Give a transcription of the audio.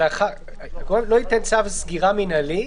לא ייתן צו סגירה מינהלי